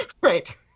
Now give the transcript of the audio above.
Right